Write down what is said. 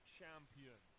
champion